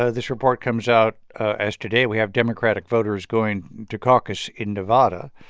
ah this report comes out as today, we have democratic voters going to caucus in nevada.